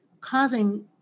causing